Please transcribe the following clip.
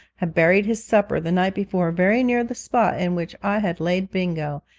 have buried his supper the night before very near the spot in which i had laid bingo,